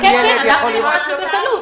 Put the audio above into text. כן, זה נמצא באתר.